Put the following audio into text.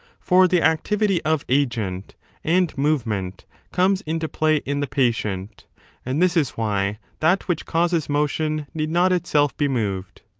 for the activity of agent and movent comes into play in the patient and this is why that which causes motion need not itself be moved.